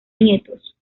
nietos